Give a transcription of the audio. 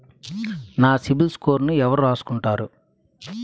నా సిబిల్ స్కోరును ఎవరు రాసుకుంటారు